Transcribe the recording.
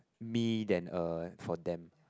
me than uh for them